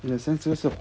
in a sense 这个是